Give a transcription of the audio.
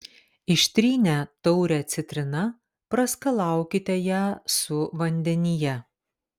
ištrynę taurę citrina praskalaukite ją su vandenyje